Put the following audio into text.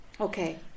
Okay